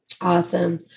Awesome